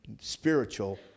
spiritual